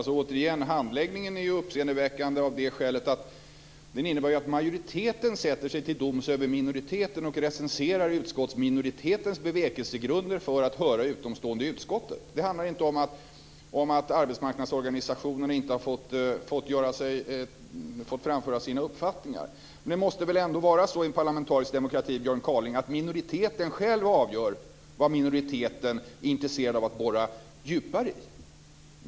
Fru talman! Handläggningen är ju uppseendeväckande av det skälet att den innebär att majoriteten sätter sig till doms över minoriteten och recenserar utskottsminoritetens bevekelsegrunder för att höra utomstående i utskottet. Det handlar inte om att arbetsmarknadsorganisationerna inte har fått framföra sina uppfattningar. Men det måste väl ändå vara så i en parlamentarisk demokrati, Björn Kaaling, att minoriteten själv avgör vad minoriteten är intresserad av att borra djupare i?